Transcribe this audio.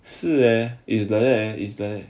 是 leh it's like that it's like that